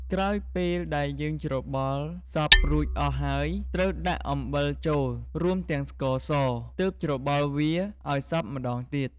ក្រោយពេលដែលច្របល់សព្វរួចអស់ហើយត្រូវដាក់អំបិលចូល រួមទាំងស្ករស ទើបច្របល់វាឱ្យសព្វម្ដងទៀត។